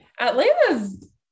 Atlanta's